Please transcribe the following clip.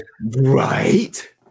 right